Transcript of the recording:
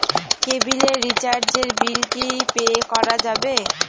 কেবিলের রিচার্জের বিল কি পে করা যাবে?